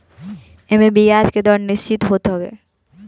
एमे बियाज के दर निश्चित होत हवे